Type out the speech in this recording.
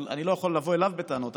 אבל אני לא יכול לבוא אליו בטענות,